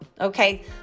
okay